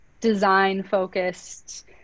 design-focused